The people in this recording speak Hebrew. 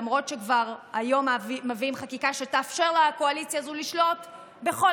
למרות שכבר היום מביאים חקיקה שתאפשר לקואליציה לשלוט בכל